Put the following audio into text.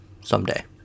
someday